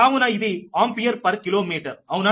కావున ఇది ampere per kilometre అవునా